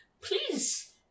please